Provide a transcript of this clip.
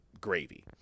gravy